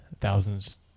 thousands